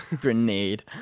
grenade